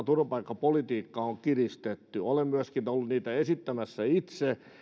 turvapaikkapolitiikkaa on kiristetty olen myöskin ollut itse niitä esittämässä